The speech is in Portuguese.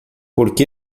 porque